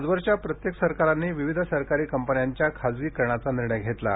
आजवरच्या प्रत्येक सरकारांनी विविध सरकारी कंपन्यांच्या खासगीकरणाचा निर्णय घेतला आहे